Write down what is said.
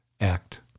act